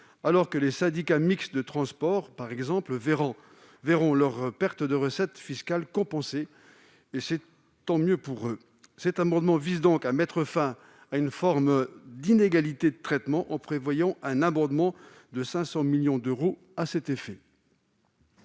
alors que les syndicats mixtes de transport, par exemple, verront leurs pertes de recettes fiscales compensées- et tant mieux pour eux. Cet amendement vise donc à mettre fin à une forme d'inégalité de traitement en prévoyant un abondement de 500 millions d'euros. Quel est